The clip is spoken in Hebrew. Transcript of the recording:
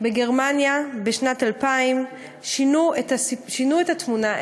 בגרמניה בשנת 2000 שינו את התמונה,